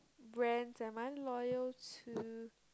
brands am I loyal to